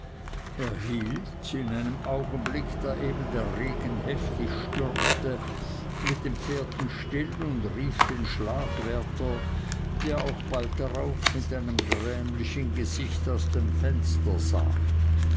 in einem augenblick da eben der regen heftig stürmte mit den pferden still und rief den schlagwärter der auch bald darauf mit einem grämlichen gesicht aus dem fenster sah